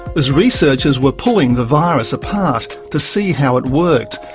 as researchers were pulling the virus apart to see how it worked,